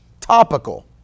topical